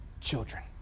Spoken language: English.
children